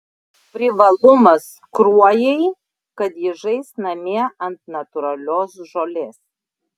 privalumas kruojai kad ji žais namie ant natūralios žolės